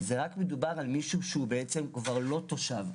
מדובר רק לגבי מישהו שהוא כבר לא תושב.